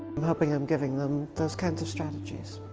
i'm hoping i'm giving them those kinds of strategies.